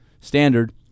Standard